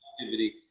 activity